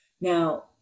Now